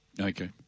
Okay